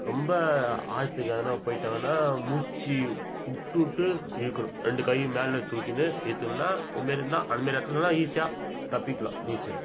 ரொம்ப ஆழத்துக்கு எதனால் போய்விட்டோன்னா மூச்சு விட்டு விஉட்டு இழுக்கணும் ரெண்டு கையும் மேலே தூக்கின்னு இழுத்தம்னா இந்தமாரின்னா அதுமாரி இடத்துலலாம் ஈஸியாக தப்பிக்கலாம் நீச்சல்